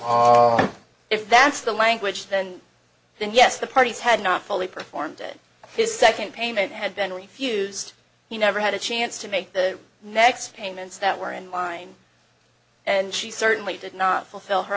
obligations if that's the language then then yes the parties had not fully performed it his second payment had been refused he never had a chance to make the next payments that were in line and she certainly did not fulfill her